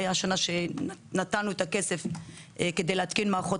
היה שנה שנתנו את הכסף כדי להתקין מערכות